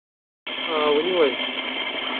آ ؤنِو حظ